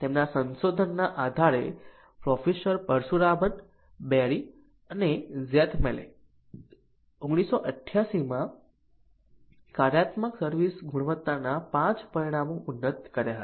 તેમના સંશોધનના આધારે પ્રોફેસરો પરશુરામન બેરી અને ઝેથમલે 1988 માં કાર્યાત્મક સર્વિસ ગુણવત્તાના 5 પરિમાણો ઉન્નત કર્યા હતા